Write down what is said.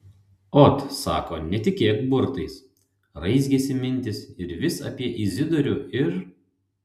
ot sako netikėk burtais raizgėsi mintys ir vis apie izidorių ir